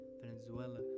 venezuela